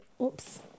Oops